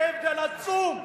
זה הבדל עצום.